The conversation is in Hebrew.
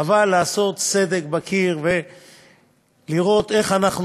אבל לעשות סדק בקיר ולראות איך אנחנו